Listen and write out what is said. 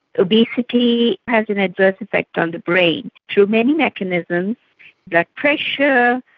obesity has an adverse effect on the brain through many mechanisms blood pressure,